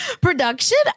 Production